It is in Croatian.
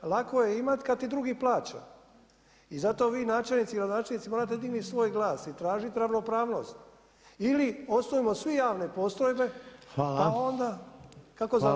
Lako je imati kada ti drugi plaća i zato vi načelnici i gradonačelnici morate dignuti svoj glas i tražiti ravnopravnost ili osnujmo svi javne postrojbe, pa onda kako završimo.